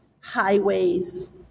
highways